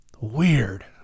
weird